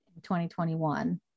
2021